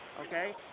okay